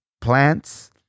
plants